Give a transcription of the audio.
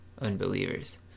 unbelievers